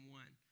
one